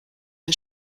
ein